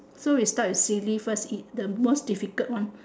so we start with silly first it's the most difficult one